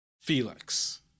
Felix